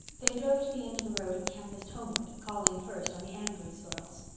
they drove to the end of the road and canvassed homeward, calling first on the andrew girls.